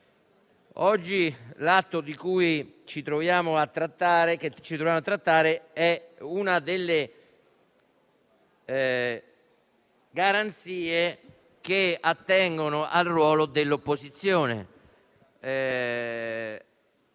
oggi l'atto di cui ci troviamo a trattare è una delle garanzie che attengono al ruolo dell'opposizione,